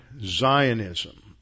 Zionism